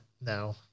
No